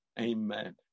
amen